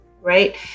right